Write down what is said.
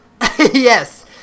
Yes